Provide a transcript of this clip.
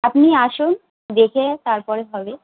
আপনি আসুন দেখে তার পরে হবে